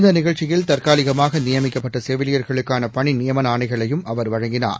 இந்த நிகழ்ச்சியில் தற்காலிகமாக நியமிக்கப்பட்ட செவிலியர்களுக்கான பணி நியமன ஆணைகளையும் அவர் வழங்கினார்